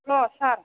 hello sir